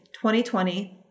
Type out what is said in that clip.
2020